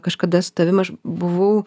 kažkada su tavim aš buvau